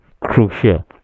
crucial